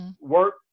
work